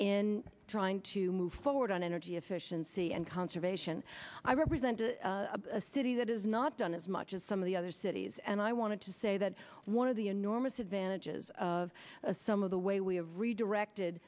in trying to move forward on energy efficiency and conservation i represent a city that has not done as much as some of the other cities and i want to say that one of the enormous advantages of some of the way we have redirected